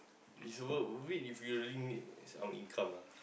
is worth it if you really need some income ah